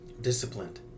Disciplined